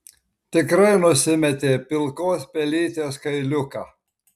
tikrai nusimetė pilkos pelytės kailiuką